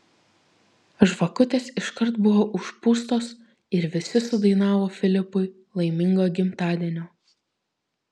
žvakutės iškart buvo užpūstos ir visi sudainavo filipui laimingo gimtadienio